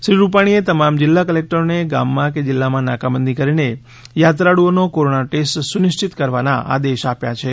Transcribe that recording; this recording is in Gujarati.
શ્રી રૂપાણીએ તમામ જિલ્લા કલેકટરોને ગામમાં કે જિલ્લામાં નાકાબંધી કરીને યાત્રાળુઓનો કોરોનાનો ટેસ્ટ સુનિશ્ચિત કરવાના આદેશ આપ્યા છે